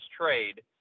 trade